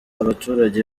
abaturage